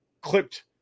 clipped